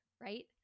Right